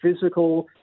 physical